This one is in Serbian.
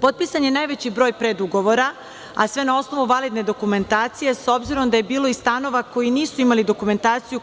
Potpisan je najveći broj predugovora, a sve na osnovu vanredne dokumentacije, s obzirom da je bilo stanova koji nisu imali dokumentaciju